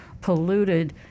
polluted